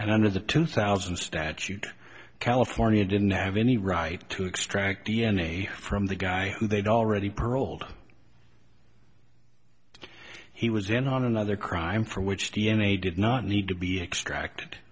and under the two thousand statute california didn't have any right to extract d n a from the guy they'd already paroled he was in on another crime for which d n a did not need to be extracted